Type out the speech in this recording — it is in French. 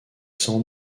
sans